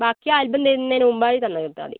ബാക്കി ആൽബം തരുന്നതിനു മുമ്പായി തന്ന് തീർത്താൽ മതി